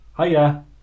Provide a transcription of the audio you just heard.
Hiya